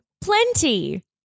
Plenty